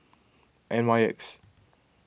N Y X